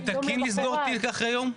זה תקין לסגור תיק אחרי יום?